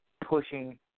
pushing